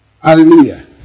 Hallelujah